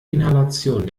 inhalation